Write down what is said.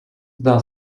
zdá